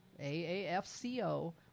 A-A-F-C-O